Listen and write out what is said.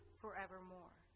forevermore